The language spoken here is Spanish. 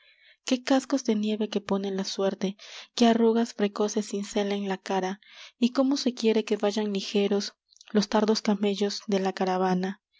qué cascos de nieve que pone la suerte qué arrugas precoces cincela en la cara y cómo se quiere que vayan ligeros los tardos camellos de la caravana